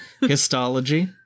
Histology